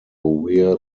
wear